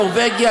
נורבגיה,